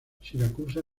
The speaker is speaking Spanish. siracusa